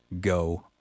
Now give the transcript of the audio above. go